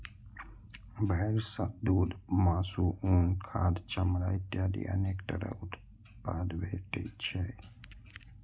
भेड़ सं दूघ, मासु, उन, खाद, चमड़ा इत्यादि अनेक तरह उत्पाद भेटै छै